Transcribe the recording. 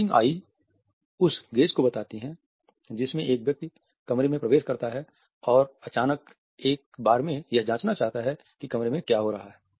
darting eyes उस gaze को बताती है जिसमें एक व्यक्ति कमरे में प्रवेश करता है और अचानक एक बार में यह जांचना चाहता है कि कमरे में क्या हो रहा है